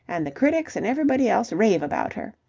and the critics and everybody else rave about her.